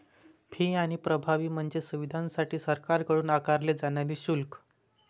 fee आणि प्रभावी म्हणजे सुविधांसाठी सरकारकडून आकारले जाणारे शुल्क